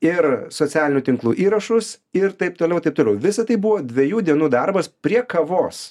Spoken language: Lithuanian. ir socialinių tinklų įrašus ir taip toliau taip toliau visa tai buvo dviejų dienų darbas prie kavos